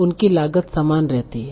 उनकी लागत समान रहती है